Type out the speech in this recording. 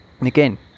Again